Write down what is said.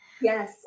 Yes